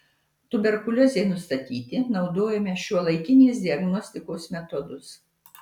tuberkuliozei nustatyti naudojame šiuolaikinės diagnostikos metodus